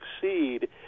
succeed